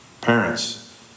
Parents